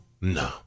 No